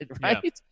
right